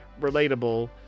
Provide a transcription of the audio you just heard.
relatable